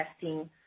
testing